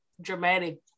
dramatic